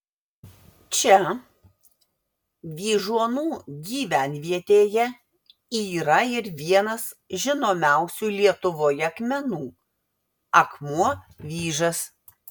čia vyžuonų gyvenvietėje yra ir vienas žinomiausių lietuvoje akmenų akmuo vyžas